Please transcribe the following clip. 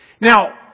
Now